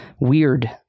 Weird